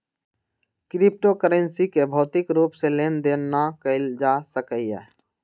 crypto currency के भौतिक रूप से लेन देन न कएल जा सकइय